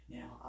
Now